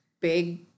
big